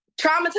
traumatized